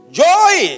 joy